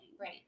Right